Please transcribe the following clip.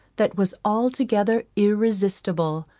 that was altogether irresistible.